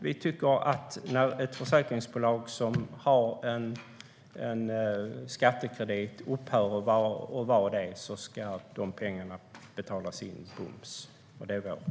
Vi tycker att när ett försäkringsbolag som har en skattekredit upphör att vara försäkringsbolag ska pengarna betalas in bums. Det är vår ståndpunkt.